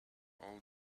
old